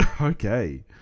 Okay